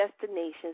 destinations